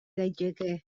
daiteke